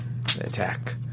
attack